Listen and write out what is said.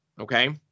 okay